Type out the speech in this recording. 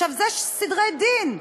עכשיו, זה סדרי דין,